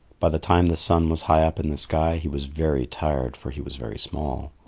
by the time the sun was high up in the sky, he was very tired, for he was very small.